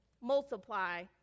multiply